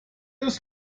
use